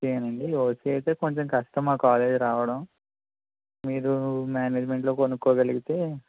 OC అండి OC అయితే కొంచెం కష్టం మా కాలేజీ రావడం మీరు మేనేజ్మెంట్ లో కొనుక్కోగలిగితే